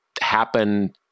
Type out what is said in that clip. happen